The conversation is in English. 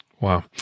Wow